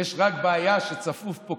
יש רק בעיה שצפוף פה,